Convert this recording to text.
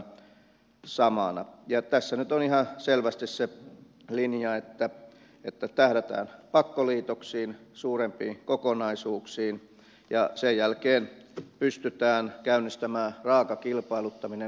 tässä nyt on ihan selvästi se linja että tähdätään pakkoliitoksiin suurempiin kokonaisuuksiin ja sen jälkeen pystytään käynnistämään raaka kilpailuttaminen